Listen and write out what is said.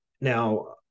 now